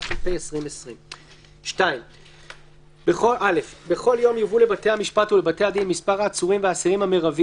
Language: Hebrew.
התש"ף 2020. נוכחות עצורים ואסירים בדיונים